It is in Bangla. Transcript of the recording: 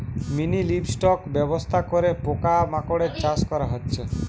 মিনিলিভস্টক ব্যবস্থা করে পোকা মাকড়ের চাষ করা হচ্ছে